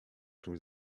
czymś